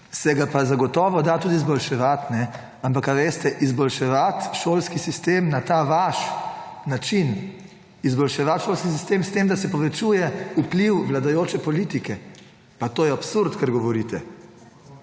se ga pa zagotovo da tudi izboljševati. Ampak, veste, izboljševati šolski sistem na ta vaš način, izboljševati šolski sistem s tem, da se povečuje vpliv vladajoče politike, saj to je absurd, kar govorite!